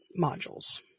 modules